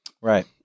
Right